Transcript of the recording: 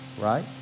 right